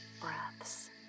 breaths